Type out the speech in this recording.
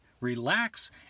relax